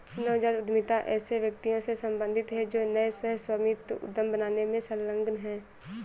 नवजात उद्यमिता ऐसे व्यक्तियों से सम्बंधित है जो नए सह स्वामित्व उद्यम बनाने में संलग्न हैं